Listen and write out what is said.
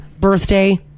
birthday